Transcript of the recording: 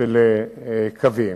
של קווים.